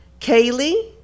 kaylee